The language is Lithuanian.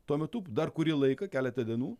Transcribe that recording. tuo metu dar kurį laiką keletą dienų